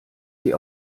sie